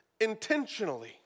intentionally